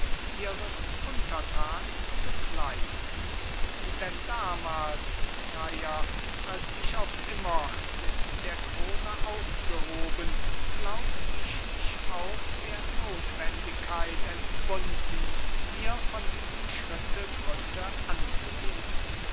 ihres untertans zu kleiden denn damals sire als ich auf immer mit der krone aufgehoben glaubt ich mich auch der notwendigkeit entbunden ihr von diesem schritte gründe anzugeben